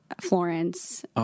Florence